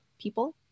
people